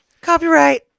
Copyright